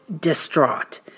distraught